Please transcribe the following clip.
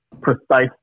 precise